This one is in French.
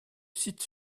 site